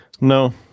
No